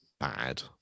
Bad